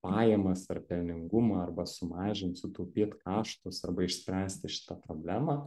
pajamas ar pelningumą arba sumažint sutaupyt kaštus arba išspręsti šitą problemą